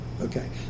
Okay